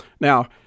Now